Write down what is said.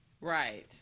Right